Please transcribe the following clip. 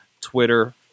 Twitter